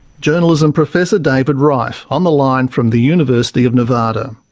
journalism professor, david ryfe, on the line from the university of nevada.